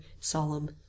solemn